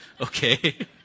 okay